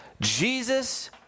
Jesus